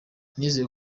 nizeye